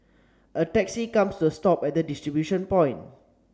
a taxi comes to a stop at the distribution point